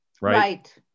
Right